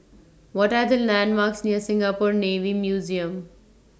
What Are The landmarks near Singapore Navy Museum